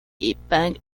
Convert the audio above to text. épingle